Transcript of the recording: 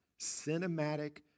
cinematic